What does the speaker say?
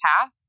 path